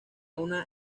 una